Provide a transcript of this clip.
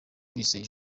bizeye